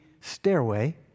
stairway